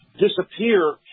disappear